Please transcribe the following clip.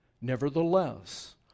Nevertheless